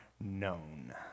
known